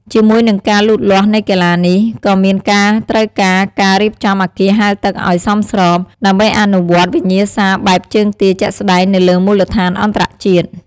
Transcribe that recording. ជាមួយនឹងការលូតលាស់នៃកីឡានេះ ក៏មានការត្រូវការការរៀបចំអគារហែលទឹកឲ្យសមស្រប ដើម្បីអនុវត្តវិញ្ញាសាបែបជើងទាជាក់ស្តែងនៅលើមូលដ្ឋានអន្តរជាតិ។